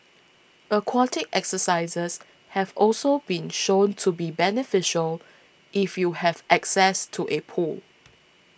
aquatic exercises have also been shown to be beneficial if you have access to a pool